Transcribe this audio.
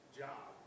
job